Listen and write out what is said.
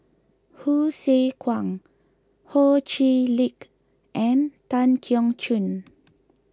Hsu Tse Kwang Ho Chee Lick and Tan Keong Choon